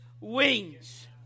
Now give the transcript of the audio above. wings